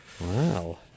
Wow